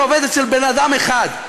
אתה עובד אצל בן אדם אחד,